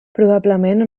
probablement